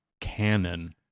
canon